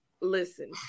listen